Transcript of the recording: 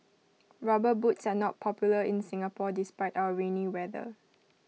rubber boots are not popular in Singapore despite our rainy weather